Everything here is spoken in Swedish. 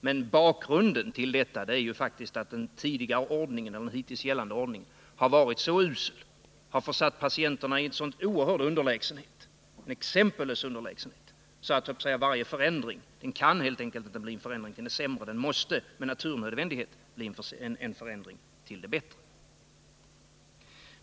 Men bakgrunden till detta är faktiskt att den hittills gällande ordningen har varit så usel, har försatt patienterna i en så exempellös underlägsenhet att en förändring helt enkelt inte kan bli en förändring till det sämre; varje förändring måste med naturnödvändighet bli en förändring till det bättre.